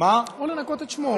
או לנקות את שמו.